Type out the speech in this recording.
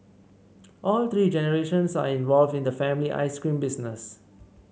all three generations are involved in the family ice cream business